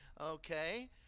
okay